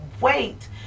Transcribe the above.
wait